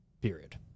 Period